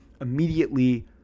immediately